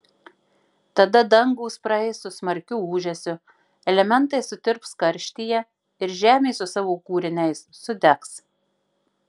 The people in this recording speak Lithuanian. tada dangūs praeis su smarkiu ūžesiu elementai sutirps karštyje ir žemė su savo kūriniais sudegs